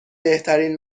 بهترین